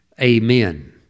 amen